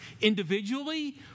individually